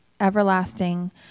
everlasting